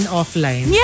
offline